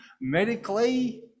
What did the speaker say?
medically